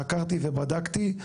חקרתי ובדקתי.